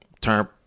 turn